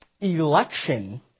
Election